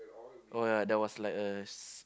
oh ya there was like a s~